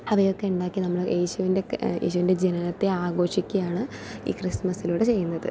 അവയൊക്കെയുണ്ടാക്കി നമ്മള് യേശുവിൻ്റെ യേശുവിൻ്റെ ജനനത്തെ ആഘോഷിക്കുകയാണ് ഈ ക്രിസ്മസിലൂടെ ചെയ്യുന്നത്